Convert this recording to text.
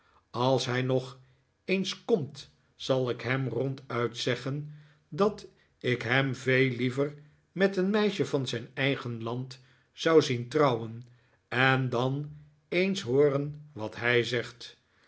als hij nog eens komt zal ik hem ronduit zeggen dat ik hem veel liever met een meisje van zijn eigen land zou zien trouwen en dan eens hooren wat hij zegt